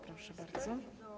Proszę bardzo.